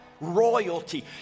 royalty